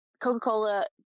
Coca-Cola